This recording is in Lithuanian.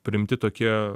priimti tokie